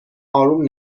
اروم